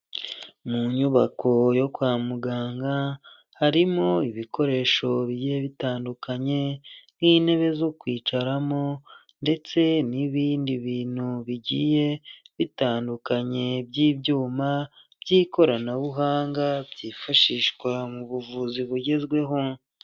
Mu nyubako yo kwa muganga harimo ibikoresho bigiye bitandukanye n'intebe zo kwicaramo ndetse n'ibindi bintu bigiye bitandukanye by'ibyuma by'ikoranabuhanga byifashishwa mu buvuzi bugezweho.